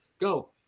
Go